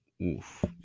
oof